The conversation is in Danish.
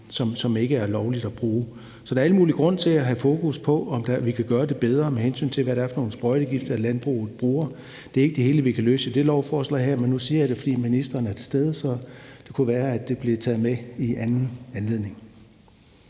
som ikke er lovligt at bruge. Så der er al mulig grund til at have fokus på, om vi kan gøre det bedre, med hensyn til hvad det er for nogle sprøjtegifte, landbruget bruger. Det er ikke det hele, vi kan løse med det her lovforslag, men nu siger jeg det, fordi ministeren er til stede, og så kunne det jo være, at det blev taget med i en anden anledning.